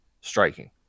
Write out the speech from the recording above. striking